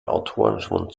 autorenschwund